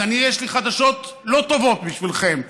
אז יש לי חדשות לא טובות בשבילכם,